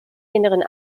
inneren